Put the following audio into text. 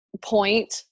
point